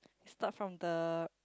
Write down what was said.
start from the